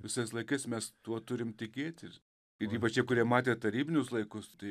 visais laikais mes tuo turim tikėti ir ypač tie kurie matė tarybinius laikus tai